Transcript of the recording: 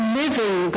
living